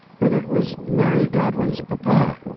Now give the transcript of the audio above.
but it was mary godwin's papa,